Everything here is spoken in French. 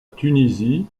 tunisie